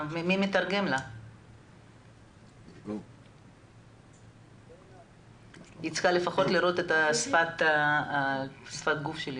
היא כתבה בצ'ט שהיא רוצה